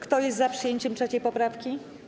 Kto jest za przyjęciem 3. poprawki?